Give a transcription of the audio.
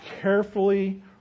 carefully